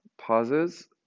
pauses